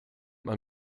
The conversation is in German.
man